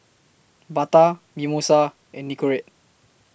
Bata Mimosa and Nicorette